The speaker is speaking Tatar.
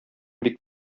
бик